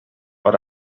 but